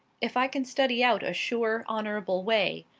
if i can study out a sure, honourable way.